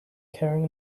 carrying